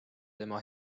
tema